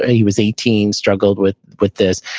ah he was eighteen struggled with with this.